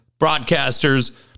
broadcasters